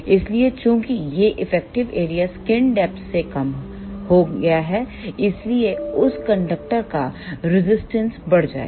इसलिए चूंकि यह इफेक्टिव एरिया स्क्रीन डेपथ से कम हो गया है इसलिए उस कंडक्टर का रेजिस्टेंस बढ़ जाएगा